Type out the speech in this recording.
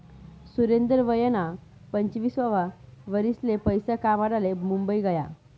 सुरेंदर वयना पंचवीससावा वरीसले पैसा कमाडाले मुंबई गया